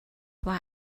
why